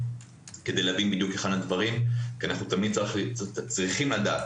כדי להבין בדיוק היכן הדברים כי אנחנו תמיד צריכים לדעת